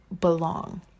belong